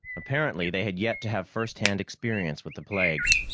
apparently they had yet to have first-hand experience with the plague.